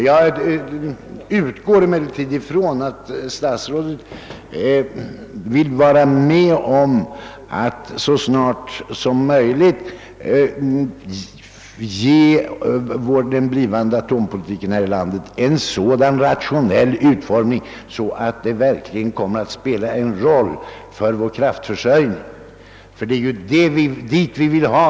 Jag utgår från att statsrådet vill vara med om att ge den blivande atompolitiken i landet en sådan rationell utformning, att den verkligen kommer att spela en roll för vår kraftförsörjning. Det är det målet vi vill nå.